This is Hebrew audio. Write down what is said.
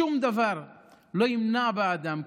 שום דבר לא ימנע בעדם.